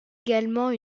également